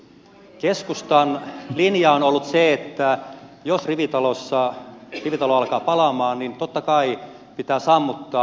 keskustan linja on ollut se että jos rivitalo alkaa palaa niin totta kai pitää sammuttaa